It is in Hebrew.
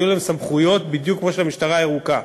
יהיו להם סמכויות בדיוק כמו של המשטרה הירוקה.